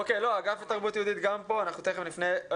אגף לתרבות יהודית גם פה, אנחנו תיכף נפנה.